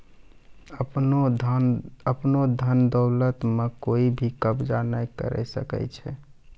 आपनो धन दौलत म कोइ भी कब्ज़ा नाय करै सकै छै